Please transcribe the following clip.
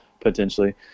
potentially